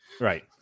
Right